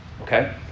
okay